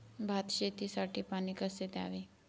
भात शेतीसाठी पाणी कसे द्यावे?